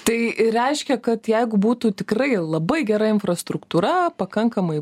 tai ir reiškia kad jeigu būtų tikrai labai gera infrastruktūra pakankamai